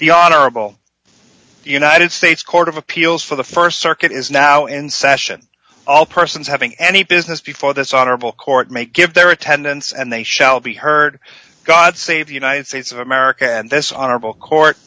the honorable united states court of appeals for the st circuit is now in session all persons having any business before this honorable court may give their attendance and they shall be heard god save the united states of america and this honorable court